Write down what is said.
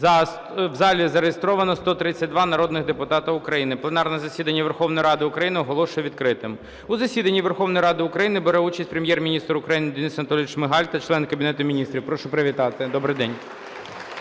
У залі зареєстровано 132 народних депутати України. Пленарне засідання Верховної Ради України оголошую відкритим. У засіданні Верховної Ради України бере участь Прем'єр-міністр України Денис Анатолійович Шмигаль та члени Кабінету Міністрів. Прошу привітати. Добрий день.